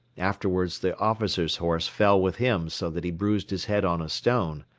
afterwards the officer's horse fell with him so that he bruised his head on a stone.